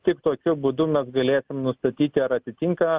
tik tokiu būdu mes galėsim nustatyti ar atitinka